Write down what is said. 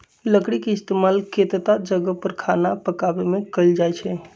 लकरी के इस्तेमाल केतता जगह पर खाना पकावे मे कएल जाई छई